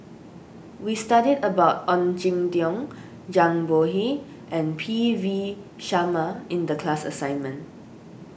we studied about Ong Jin Teong Zhang Bohe and P V Sharma in the class assignment